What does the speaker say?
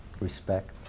respect